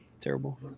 Terrible